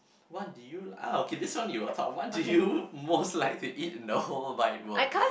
what do you oh okay this one you will talk what do you most like to eat in the whole wide world